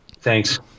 thanks